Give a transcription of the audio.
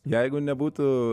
jeigu nebūtų